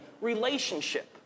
relationship